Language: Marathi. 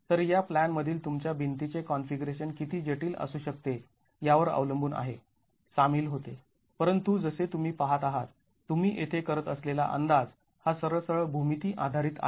तर या प्लॅन मधील तुमच्या भिंतीचे कॉन्फिगरेशन किती जटिल असू शकते यावर अवलंबून आहे सामील होते परंतु जसे तुम्ही पाहत आहात तुम्ही येथे करत असलेला अंदाज हा सरळ सरळ भूमिती आधारित आहे